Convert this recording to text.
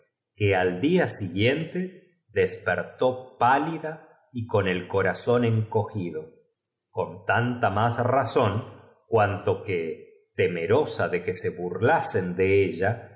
que al día siguiente dente que cogió sin decir nada la mano despertó pálida y con el corazón encogí al médico y después de tomarle el pulso do con tanta ml s razón cuanto que te mi queridqamigo le dijo como bar merosa de que se burlasen de ella